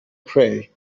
pray